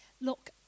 look